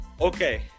Okay